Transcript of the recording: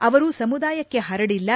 ಅವರು ಸಮುದಾಯಕ್ಕೆ ಪರಡಿಲ್ಲ